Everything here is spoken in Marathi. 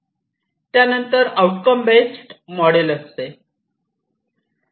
त्यानंतर आउटकम बेस्ट मोडेल असते